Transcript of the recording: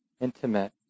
intimate